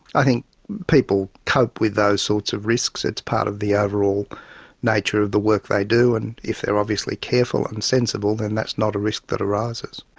i think people cope with those sorts of risks, it's part of the overall nature of the work they do and if they're obviously careful and sensible then that's not a risk that arises.